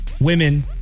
Women